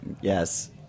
yes